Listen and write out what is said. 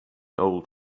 old